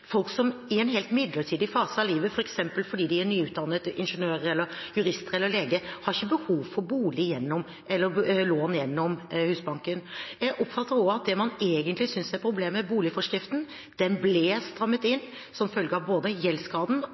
en helt midlertidig fase av livet, f.eks. fordi de er nyutdannede ingeniører eller jurister eller leger, har ikke behov for lån gjennom Husbanken. Jeg oppfatter også at det man egentlig synes er problemet, er boliglånsforskriften. Den ble strammet inn som følge av både gjeldsgraden